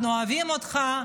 אנחנו אוהבים אותך.